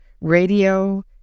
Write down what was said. radio